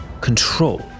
control